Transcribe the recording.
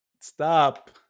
stop